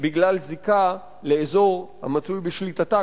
בגלל זיקה לאזור המצוי בשליטתה,